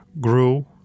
grew